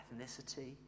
ethnicity